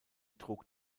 trug